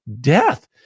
death